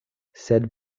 sed